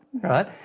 right